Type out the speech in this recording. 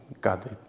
godly